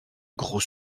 gros